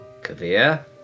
Kavir